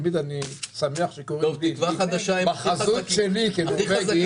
אני שמח שקוראים לי נורבגי כי בחזות שלי כנורבגי --- טוב,